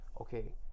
okay